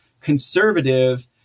conservative